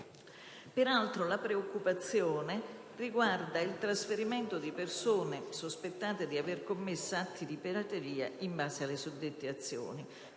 Peraltro, la preoccupazione riguarda il trasferimento di persone sospettate di aver commesso atti di pirateria in base alle suddette azioni,